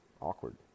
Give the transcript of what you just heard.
awkward